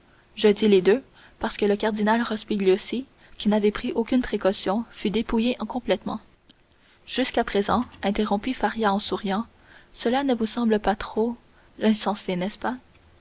des deux parce que le cardinal rospigliosi qui n'avait pris aucune précaution fut dépouillé complètement jusqu'à présent interrompit faria en souriant cela ne vous semble pas trop insensé n'est-ce pas